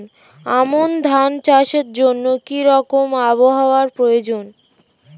আমন ধান চাষের জন্য কি রকম আবহাওয়া প্রয়োজন?